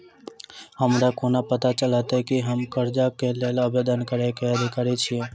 हमरा कोना पता चलतै की हम करजाक लेल आवेदन करै केँ अधिकारी छियै?